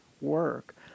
work